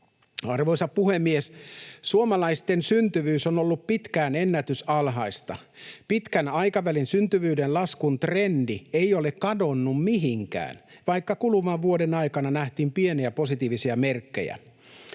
Arvoisa puhemies! Suomalaisten syntyvyys on ollut pitkään ennätysalhaista. Pitkän aikavälin syntyvyyden laskun trendi ei ole kadonnut mihinkään, vaikka kuluvan vuoden aikana nähtiin pieniä positiivisia merkkejä.